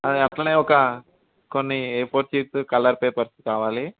అది అట్లనే ఒక కొన్ని A four sheets colour papers కావాలి